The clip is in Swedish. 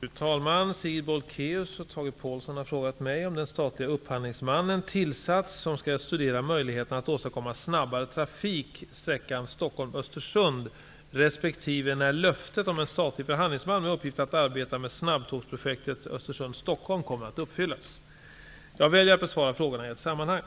Fru talman! Sigrid Bolkéus och Tage Påhlsson har frågat mig om den statliga utredningsmannen tillsatts som skall studera möjligheterna att åstadkomma snabbare trafik sträckan Stockholm-- Östersund resp. när löftet om en statlig förhandlingsman med uppgift att arbeta med snabbtågsprojektet Östersund--Stockholm kommer att uppfyllas. Jag väljer att besvara frågorna i ett sammanhang.